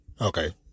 Okay